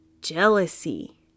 jealousy